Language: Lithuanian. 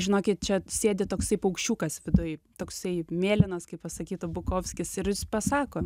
žinokit čia sėdi toksai paukščiukas viduj toksai mėlynas kaip pasakytų bukovskis ir jis pasako